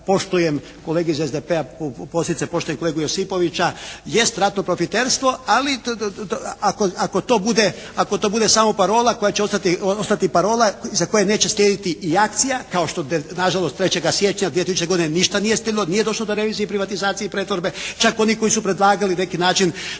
poštujem kolege iz SDP-a, posebice poštujem kolegu Josipovića. Jest ratno profiterstvo, ali ako to bude samo parola koja će ostati parola iza koje neće slijediti i akcija kao što na žalost 3. siječnja 2000. godine ništa nije stiglo, nije došlo do revizije privatizacije i pretvorbe, čak oni koji su predlagali na neki način